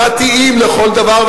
דתיים לכל דבר,